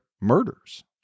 murders